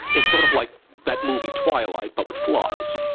it's sort of like that movie twilight but with flies.